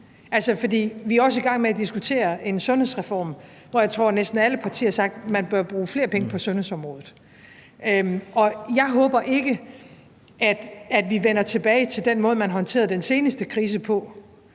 vi er også i gang med at diskutere en sundhedsreform, hvor jeg tror næsten alle partier har sagt, at man bør bruge flere penge på sundhedsområdet. Og jeg håber ikke, at vi vender tilbage til den måde, man håndterede den seneste krise på,